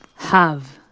have,